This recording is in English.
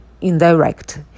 indirect